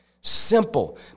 simple